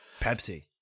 Pepsi